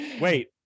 Wait